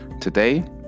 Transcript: Today